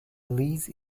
lease